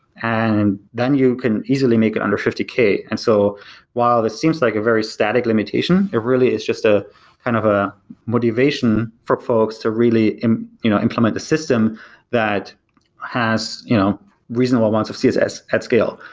and then you can easily make it under fifty k. and so while this seems like a very static limitation, it really is just ah kind of a motivation for folks to really you know implement the system that has you know reasonable amounts of css at scale,